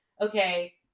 okay